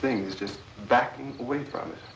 things just backing away from it